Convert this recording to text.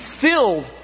filled